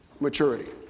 Maturity